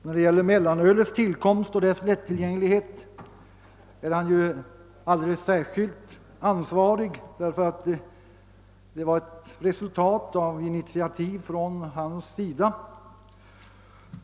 När det gäller mellanölets tillkomst och dess lättillgänglighet är han alldeles särskilt ansvarig, eftersom detta var resultat av initiativ från honom själv.